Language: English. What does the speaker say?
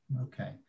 Okay